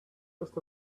just